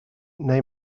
neu